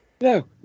No